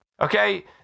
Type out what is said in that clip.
Okay